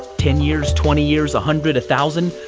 ten years, twenty years, a hundred, a thousand.